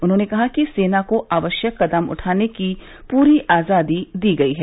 उन्होंने कहा कि सेना को आवश्यक कदम उठाने की पूरी आजादी दी गयी है